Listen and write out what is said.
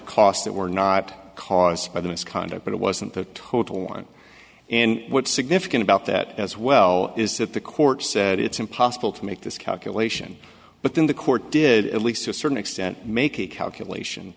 that were not caused by the misconduct but it wasn't a total one and what's significant about that as well is that the court said it's impossible to make this calculation but then the court did at least to a certain extent make a calculation